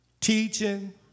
teaching